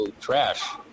trash